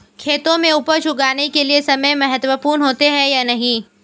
खेतों में उपज उगाने के लिये समय महत्वपूर्ण होता है या नहीं?